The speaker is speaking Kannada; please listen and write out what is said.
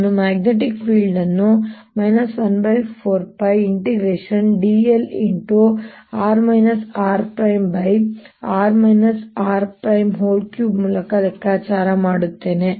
ನಾನು ಮ್ಯಾಗ್ನೆಟಿಕ್ ಫೀಲ್ಡ್ ಅನ್ನು 14πdl×r rr r3 ಮೂಲಕ ಲೆಕ್ಕಾಚಾರ ಮಾಡುತ್ತೇನೆ